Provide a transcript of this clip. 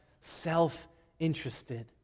self-interested